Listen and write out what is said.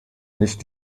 nicht